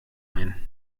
ein